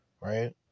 right